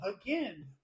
Again